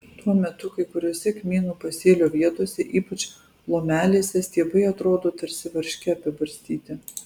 tuo metu kai kuriose kmynų pasėlio vietose ypač lomelėse stiebai atrodo tarsi varške apibarstyti